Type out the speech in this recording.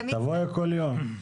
אז תבואי כל יום.